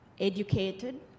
Educated